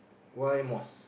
why Muaz